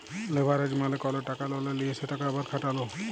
leverage মালে কল টাকা ললে লিঁয়ে সেটকে আবার খাটালো